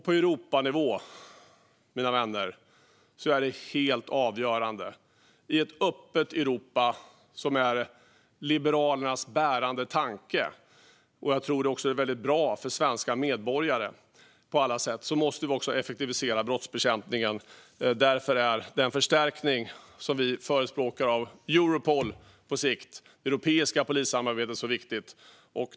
På Europanivå, mina vänner, är det helt avgörande. I ett öppet Europa, som är Liberalernas bärande tanke och något som jag också tror är väldigt bra för svenska medborgare på alla sätt, måste vi också effektivisera brottsbekämpningen. Därför är den förstärkning av Europol, det europeiska polissamarbetet, som vi förespråkar på sikt så viktig.